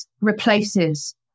replaces